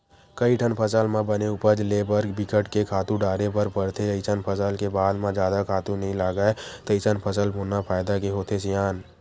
कइठन फसल म बने उपज ले बर बिकट के खातू डारे बर परथे अइसन फसल के बाद म जादा खातू नइ लागय तइसन फसल बोना फायदा के होथे सियान